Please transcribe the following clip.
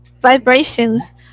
vibrations